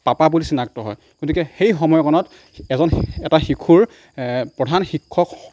papa বুলি চিনাক্ত হয় গতিকে সেই সময়কণত এজন এটা শিশুৰ প্ৰধান শিক্ষক